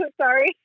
sorry